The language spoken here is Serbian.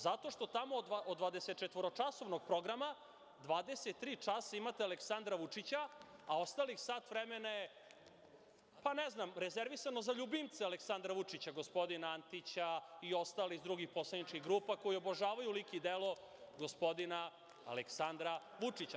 Zato što tamo od dvadesetčetvoročasovnog programa 23 časa imate Aleksandra Vučića, a ostalih sat vremena je rezervisano za ljubimce Aleksandra Vučića, gospodina Antića i ostalih iz drugih poslaničkih grupa koji obožavaju lik i delo gospodina Aleksandra Vučića.